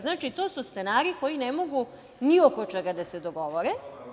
Znači, to su stanari koji ne mogu ni oko čega da se dogovore.